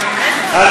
כל ההסתייגויות,